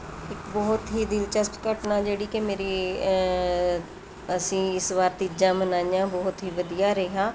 ਇੱਕ ਬਹੁਤ ਹੀ ਦਿਲਚਸਪ ਘਟਨਾ ਜਿਹੜੀ ਕਿ ਮੇਰੀ ਅਸੀਂ ਇਸ ਵਾਰ ਤੀਜਾਂ ਮਨਾਈਆਂ ਬਹੁਤ ਹੀ ਵਧੀਆ ਰਿਹਾ